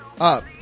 up